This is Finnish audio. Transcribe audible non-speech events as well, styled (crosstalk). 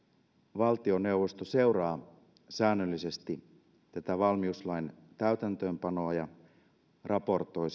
valtioneuvosto seuraa säännöllisesti valmiuslain täytäntöönpanoa ja raportoi (unintelligible)